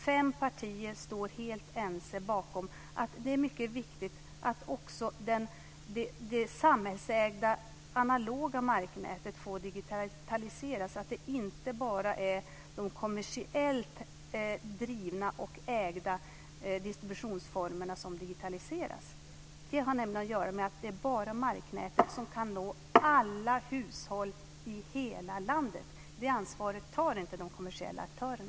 Fem partier är helt ense om att det är mycket viktig att också det samhällsägda, analoga marknätet får digitaliseras och att det inte bara är de kommersiellt drivna och ägda distributionsformerna som ska digitaliseras. Det har att göra med att det bara är marknätet som kan nå alla hushåll i hela landet. Det ansvaret tar inte de kommersiella aktörerna.